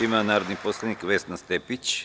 Reč ima narodni poslanik Vesna Stepić.